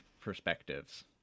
perspectives